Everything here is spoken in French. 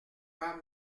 pas